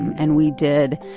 and we did,